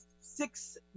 six